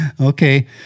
okay